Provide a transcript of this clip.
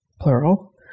plural